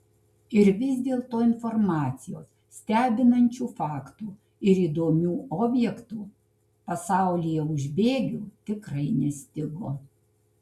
ir vis dėlto informacijos stebinančių faktų ir įdomių objektų pasaulyje už bėgių tikrai nestigo